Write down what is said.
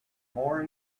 more